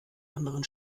anderen